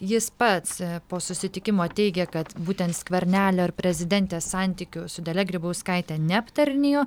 jis pats po susitikimo teigė kad būtent skvernelio ir prezidentės santykių su dalia grybauskaite neaptarinėjo